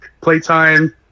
playtime